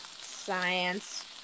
science